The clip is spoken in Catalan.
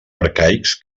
arcaics